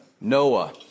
Noah